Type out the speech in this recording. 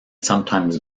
sometimes